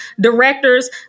directors